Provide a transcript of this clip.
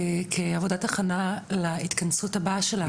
כעבודת הכנה להתכנסות הבאה שלנו,